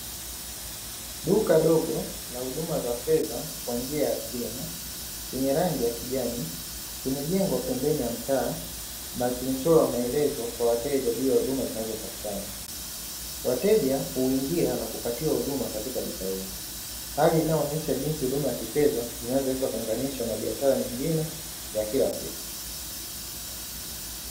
Duka dogo na huduma za fedha kwa njia ya simu chenye rangi ya kijani kimejengwa pembeni ya mtaa na kimechorwa maelezo kwa wateja juu ya huduma zinazopatikana wateja huingia na kupatiwa huduma katika duka hilo hali inayoonyesha jinsi huduma ya kifedha inavyoweza kuunganishwa na biashara nyingine za kila siku.